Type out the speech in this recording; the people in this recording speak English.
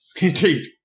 Indeed